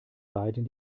beiden